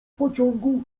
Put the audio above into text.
pociągu